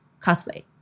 cosplay